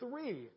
three